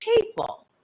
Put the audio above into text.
people